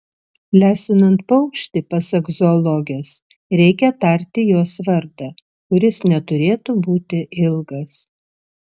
lesinant paukštį pasak zoologės reikia tarti jos vardą kuris neturėtų būti ilgas